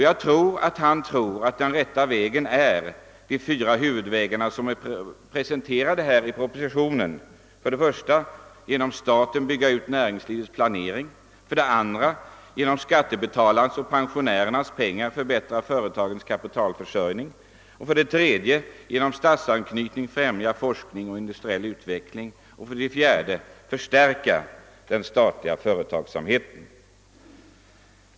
Jag tror att han menar att den rätta vägen utpekas i de fyra huvudprinciper som är presenterade i propositionen: för det första att genom staten bygga ut näringslivets planering, för det andra att med skattebetalarnas och pensionärernas pengar förbättra företagens kapitalförsörjning, för det tredje att genom statsanknytning främja forskning och industriell utveckling och för det fjärde att förstärka den statliga företagsamheten.